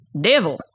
Devil